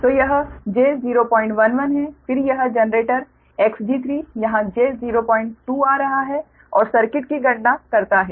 तो यह j011 है फिर यह जनरेटर Xg3 यहां j020 आ रहा है और सर्किट की गणना करता है